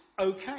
okay